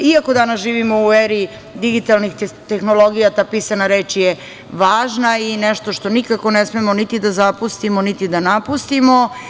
Iako danas živimo u eri digitalnih tehnologija, ta pisana reč je važna i nešto što nikako ne smemo niti da zapustimo, niti da napustimo.